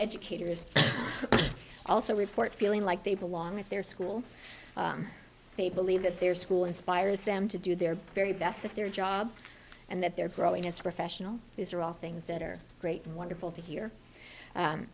educators also report feeling like they belong at their school they believe that their school inspires them to do their very best at their job and that they're growing as a professional these are all things that are great and wonderful to hear